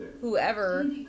whoever